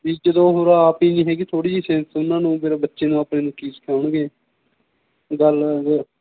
ਵੀ ਜਦੋਂ ਹੁਣ ਆਪ ਹੀ ਨਹੀਂ ਹੈਗੀ ਥੋੜ੍ਹੀ ਜਿਹੀ ਸੈਂਸ ਉਹਨਾਂ ਨੂੰ ਫੇਰ ਬੱਚੇ ਨੂੰ ਆਪਣੇ ਨੂੰ ਕੀ ਸਿਖਾਉਣਗੇ ਗੱਲ